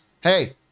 hey